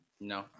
No